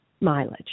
mileage